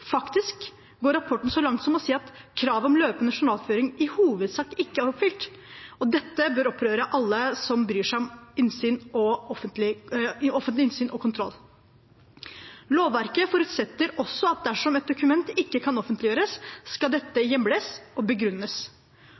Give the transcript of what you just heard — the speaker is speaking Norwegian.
Faktisk går rapporten så langt som til å si at kravet om løpende journalføring i hovedsak ikke er oppfylt. Dette bør opprøre alle som bryr seg om offentlig innsyn og kontroll. Lovverket forutsetter også at dersom et dokument ikke kan offentliggjøres, skal dette hjemles og begrunnes.